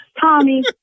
Tommy